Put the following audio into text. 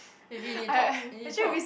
maybe leave talk I need talk